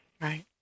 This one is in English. right